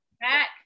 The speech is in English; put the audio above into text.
back